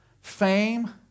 fame